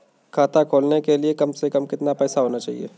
खाता खोलने के लिए कम से कम कितना पैसा होना चाहिए?